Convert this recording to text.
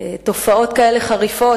תופעות כאלה חריפות.